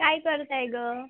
काय करत आहे गं